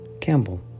Campbell